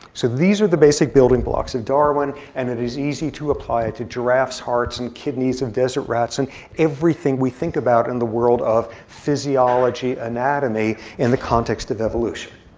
so these are the basic building blocks of darwin. and it is easy to apply it to giraffes' hearts and kidneys of desert rats, and everything we think about in the world of physiology, anatomy, in the context of evolution.